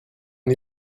and